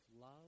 love